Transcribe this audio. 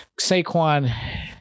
Saquon